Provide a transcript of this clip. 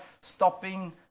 stopping